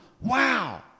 Wow